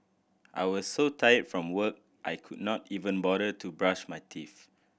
I was so tired from work I could not even bother to brush my teeth